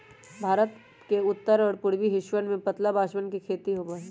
भारत के उत्तर और पूर्वी हिस्सवन में पतला बांसवन के खेती होबा हई